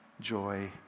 joy